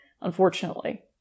unfortunately